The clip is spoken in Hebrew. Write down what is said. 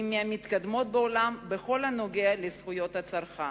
והיא מהמתקדמות בעולם בכל הנוגע לזכויות הצרכן.